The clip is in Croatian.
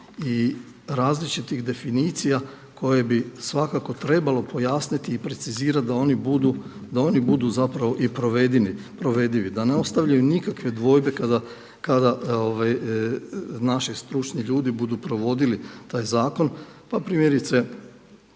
i različitih definicija koje bi svakako trebalo pojasniti i precizirati da oni budu i provedivi, da ne ostavljaju nikakve dvojbe kada naši stručni ljudi budu provodili taj zakon.